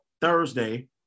Thursday